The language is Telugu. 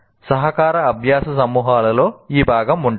సహకార అభ్యాస సమూహాలలో ఈ భాగం ఉంటుంది